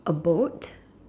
a boat